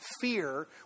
fear